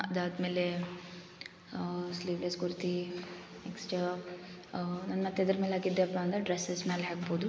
ಅದಾದ ಮೇಲೆ sleeveless kurti next ಯಾವ ನನ್ನ ಹತ್ತಿರ ಇದ್ರ ಮೇಲೆ ಹಾಕಿದೆಪ್ಪ ಅಂದರೆ ಡ್ರೆಸ್ಸಸ್ ಮೇಲೆ ಹಾಕ್ಬೌದು